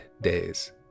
days